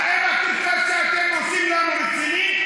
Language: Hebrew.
האם הקרקס שאתם עושים לנו רציני?